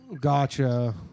Gotcha